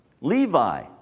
Levi